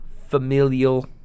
familial